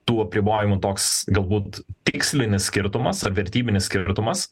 tų apribojimų toks galbūt tikslinis skirtumas ar vertybinis skirtumas